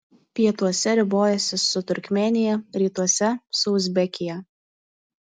pietuose ribojasi su turkmėnija rytuose su uzbekija